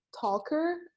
talker